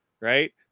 right